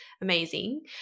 amazing